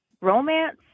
romance